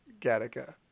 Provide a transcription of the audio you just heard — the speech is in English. Gattaca